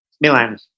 Milan